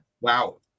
Wow